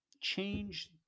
change